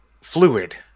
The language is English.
fluid